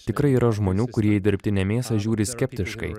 tikrai yra žmonių kurie į dirbtinę mėsą žiūri skeptiškai